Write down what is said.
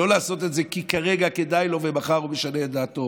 לא לעשות את זה כי כרגע כדאי לו ומחר הוא משנה את דעתו,